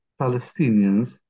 Palestinians